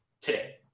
today